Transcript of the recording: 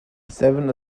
seven